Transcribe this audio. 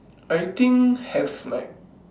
I think have like